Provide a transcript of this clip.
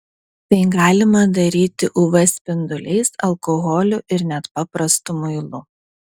tai galima daryti uv spinduliais alkoholiu ir net paprastu muilu